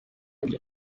bwe